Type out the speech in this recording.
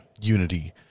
unity